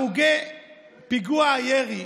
הרוגי פיגוע הירי,